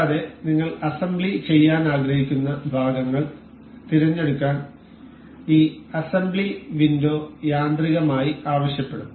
കൂടാതെ നിങ്ങൾ അസംബ്ലി ചെയ്യാൻ ആഗ്രഹിക്കുന്ന ഭാഗങ്ങൾ തിരഞ്ഞെടുക്കാൻ ഈ അസംബ്ലി വിൻഡോ യാന്ത്രികമായി ആവശ്യപ്പെടും